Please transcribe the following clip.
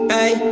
Hey